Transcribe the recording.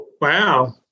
Wow